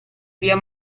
via